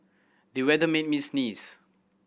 the weather made me sneeze